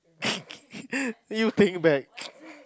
you take back